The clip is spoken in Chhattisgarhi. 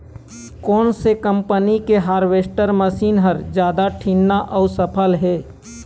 कोन से कम्पनी के हारवेस्टर मशीन हर जादा ठीन्ना अऊ सफल हे?